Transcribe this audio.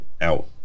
out